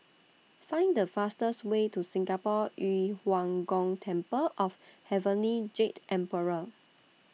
Find The fastest Way to Singapore Yu Huang Gong Temple of Heavenly Jade Emperor